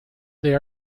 they